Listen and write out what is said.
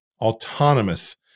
autonomous